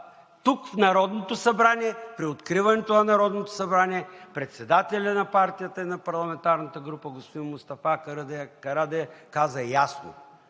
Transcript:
тук – в Народното събрание, при откриването на Народното събрание председателят на партията и парламентарната група господин Мустафа Карадайъ каза ясно: